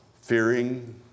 fearing